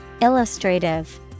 Illustrative